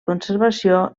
conservació